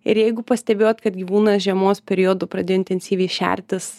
ir jeigu pastebėjot kad gyvūnas žiemos periodu pradėjo intensyviai šertis